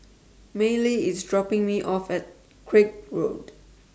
Mallie IS dropping Me off At Craig Road